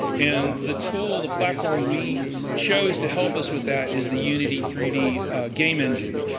and the tool, the platform we chose to help us with that is the unity three d game engine.